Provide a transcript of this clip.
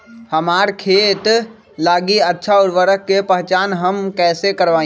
हमार खेत लागी अच्छा उर्वरक के पहचान हम कैसे करवाई?